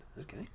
Okay